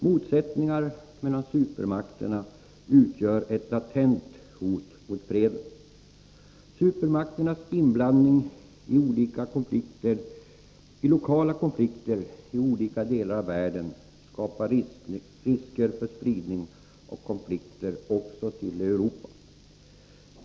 Motsättningar mellan supermakterna utgör ett latent hot mot freden. Supermakternas inblandning i Allmänpolitisk delokala konflikter i olika delar av världen skapar risker för spridning av — patt konflikter också till Europa.